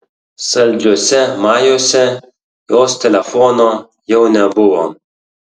saldžiuose majuose jos telefono jau nebuvo